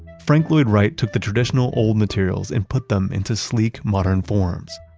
frank lloyd wright took the traditional old materials and put them into sleek, modern forms.